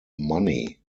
money